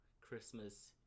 Christmas